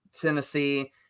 Tennessee